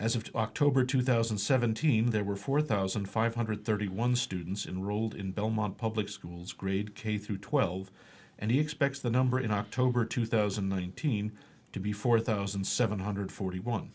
as of october two thousand and seventeen there were four thousand five hundred thirty one students in rolled in belmont public schools grade k through twelve and he expects the number in october two thousand and nineteen to be four thousand seven hundred forty one